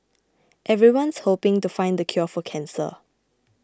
everyone's hoping to find the cure for cancer